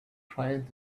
trying